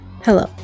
Hello